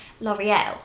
l'oreal